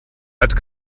hat